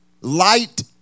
Light